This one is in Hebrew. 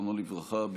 זיכרונו לברכה,